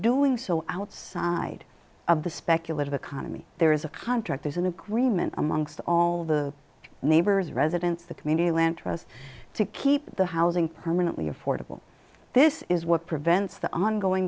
doing so outside of the speculative economy there is a contract there's an agreement amongst all the neighbors residents the community land trust to keep the housing permanently affordable this is what prevents the ongoing